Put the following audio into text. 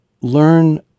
learn